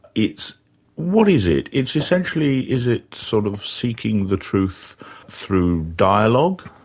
it's what is it? it's essentially is it sort of seeking the truth through dialogue?